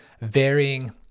varying